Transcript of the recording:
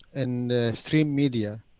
in stream media,